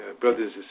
brothers